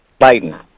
Biden